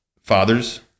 fathers